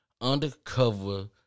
undercover